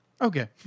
Okay